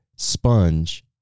sponge